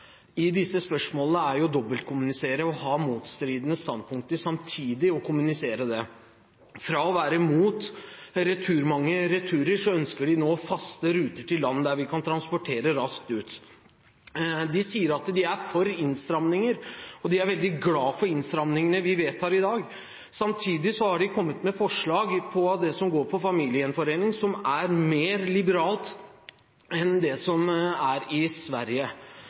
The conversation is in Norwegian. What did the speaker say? i disse spørsmålene er å dobbeltkommunisere – ha motstridende standpunkter samtidig og kommunisere dem. Fra å være imot mange returer ønsker de nå faste ruter til land vi kan transportere raskt ut til. De sier at de er for innstramninger, og de er veldig glad for innstramningene vi vedtar i dag. Samtidig har de kommet med forslag om det som handler om familiegjenforening, som er mer liberale enn det man har i Sverige.